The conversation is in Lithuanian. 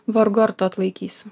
vargu ar tu atlaikysi